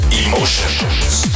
emotions